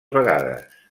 vegades